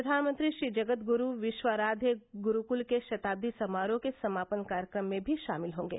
प्रधानमंत्री श्री जगतगुरू विश्वाराध्य गुरूकल के शताब्दी समारोह के समापन कार्यक्रम में भी शामिल होंगे